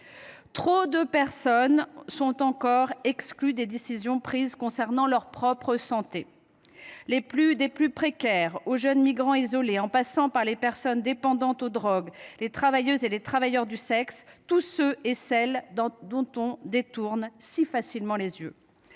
Trop de personnes sont encore exclues des décisions prises concernant leur propre santé : des plus précaires aux jeunes migrants isolés, en passant par les personnes dépendantes aux drogues ou les travailleuses et travailleurs du sexe – tous ceux et toutes celles face auxquels on détourne si facilement les yeux.